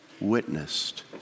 witnessed